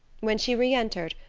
when she reentered,